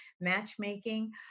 matchmaking